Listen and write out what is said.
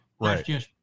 right